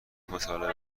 مطالبه